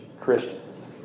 Christians